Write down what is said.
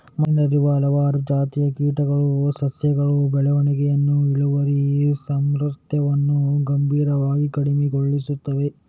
ಮಣ್ಣಿನಲ್ಲಿರುವ ಹಲವಾರು ಜಾತಿಯ ಕೀಟಗಳು ಸಸ್ಯಗಳ ಬೆಳವಣಿಗೆಯನ್ನು, ಇಳುವರಿ ಸಾಮರ್ಥ್ಯವನ್ನು ಗಂಭೀರವಾಗಿ ಕಡಿಮೆಗೊಳಿಸುತ್ತವೆ